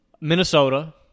Minnesota